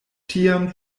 tiam